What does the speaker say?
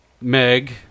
Meg